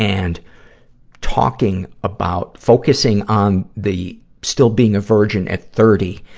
and talking about focusing on the, still being a virgin at thirty,